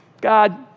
God